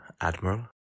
Admiral